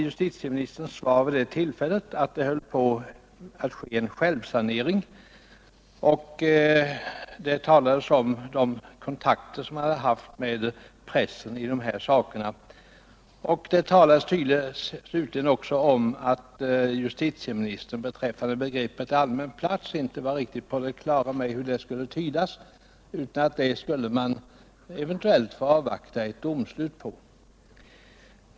Justitieministern sade också i sitt svar förra året att det höll på att ske en självsanering, och han talade om de kontakter han haft med pressen i dessa frågor. Justitieministern sade också att han inte var riktigt på det klara med hur begreppet ”allmän plats” skulle tolkas och att man i det avseendet eventuellt måste avvakta ett domstolsutslag.